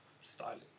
Styling